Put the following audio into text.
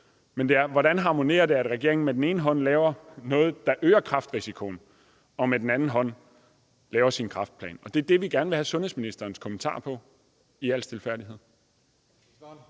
jo så: Hvordan harmonerer det, at regeringen med den ene hånd laver noget, der øger kræftrisikoen, og med den anden hånd laver sin kræftplan? Det er det, vi gerne i al stilfærdighed vil have sundhedsministerens kommentarer til.